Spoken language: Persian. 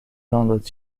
دانلود